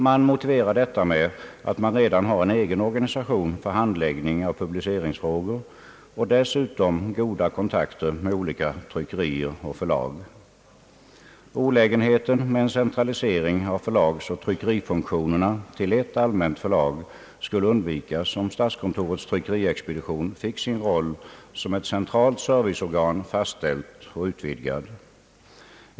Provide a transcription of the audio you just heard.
Man motiverar detta med att man redan har en egen organisation för handläggning av publiceringsfrågor och dessutom goda kontakter med olika tryckerier och förlag. Olägenheten med en centralisering av förlagsoch tryckerifunktionerna till ett allmänt förlag skulle undvikas om statskontorets tryckeriexpedition fick sin roll som ett centralt serviceorgan fastställd och utvidgad.